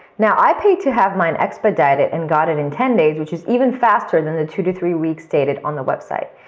now, i paid to have mine expedited and got it in ten days, which is even faster than the two to three weeks stated on the website.